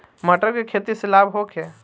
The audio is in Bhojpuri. मटर के खेती से लाभ होखे?